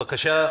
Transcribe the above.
בבקשה,